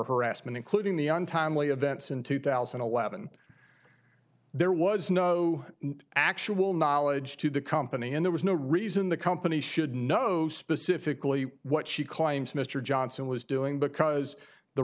harassment including the untimely events in two thousand and eleven there was no actual knowledge to the company and there was no reason the company should know specifically what she claims mr johnson was doing because the